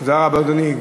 תודה רבה, אדוני.